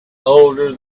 older